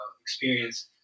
experience